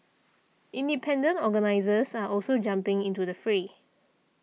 independent organisers are also jumping into the fray